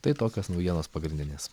tai tokios naujienos pagrindinės